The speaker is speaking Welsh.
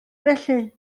felly